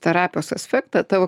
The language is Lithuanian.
terapijos aspektą tavo